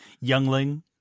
Youngling